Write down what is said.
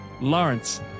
Lawrence